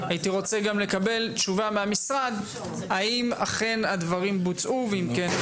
הייתי רוצה גם לקבל תשובה מהמשרד האם אכן הדברים בוצעו ואם כן,